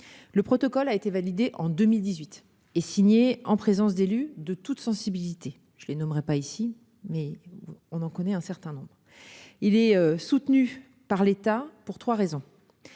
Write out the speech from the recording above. Le protocole a été validé en 2018 et signé en présence d'élus de toutes sensibilités ; je ne les nommerai pas ici, mais vous en connaissez un certain nombre. Il est soutenu par l'État pour trois raisons